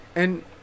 and-